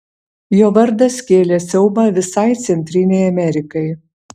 jo vardas kėlė siaubą visai centrinei amerikai